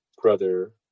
Brother